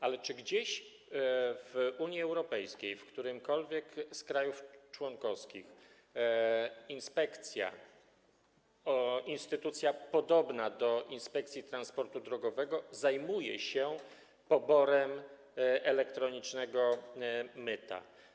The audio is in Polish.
Ale czy gdzieś w Unii Europejskiej, w którymkolwiek z krajów członkowskich, inspekcja, instytucja podobna do Inspekcji Transportu Drogowego zajmuje się poborem elektronicznego myta?